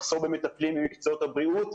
מחסור במטפלים במקצועות הבריאות,